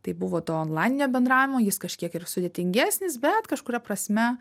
tai buvo to onlaininio bendravimo jis kažkiek ir sudėtingesnis bet kažkuria prasme